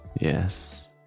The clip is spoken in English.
Yes